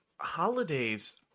holidays